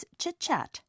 chit-chat